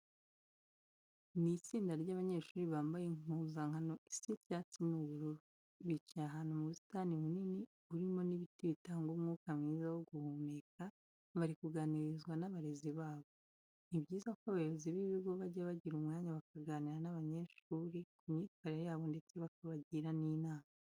Ni itsinda ry'abanyeshuri bambaye impuzankano isa icyatsi n'ubururu. Bicaye ahantu mu busitani bunini burimo n'ibiti bitanga umwuka mwiza wo guhumeka, bari kuganirizwa n'abarezi babo. Ni byiza ko abayobozi b'ibigo bajya bagira umwanya bakaganira n'abanyeshuri ku myitwarire yabo ndetse bakabagira n'inama.